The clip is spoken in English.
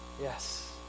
yes